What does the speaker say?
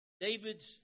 david